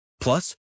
Plus